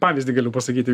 pavyzdį galiu pasakyti